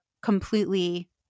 completely